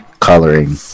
coloring